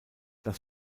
das